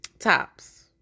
Top's